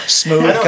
smooth